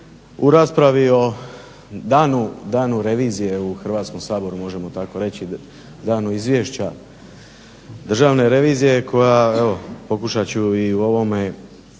u raspravi o danu revizije u Hrvatskom saboru, danu Izvješća državne revizije koja pokušat ću i u ovome